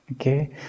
Okay